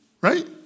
right